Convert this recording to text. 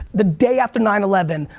the day after nine eleven,